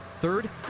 Third